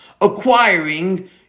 Acquiring